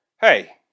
hey